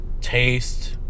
taste